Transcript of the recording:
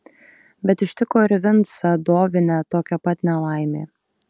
bet ištiko ir vincą dovinę tokia pat nelaimė